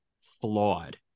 flawed